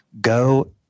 go